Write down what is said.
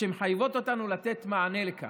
שמחייבות אותנו לתת מענה לכך,